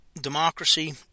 democracy